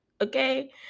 okay